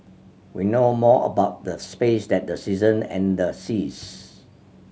we know more about the space than the season and the seas